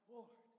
Lord